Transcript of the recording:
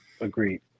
Agreed